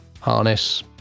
harness